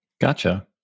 Gotcha